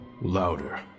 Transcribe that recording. louder